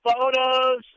photos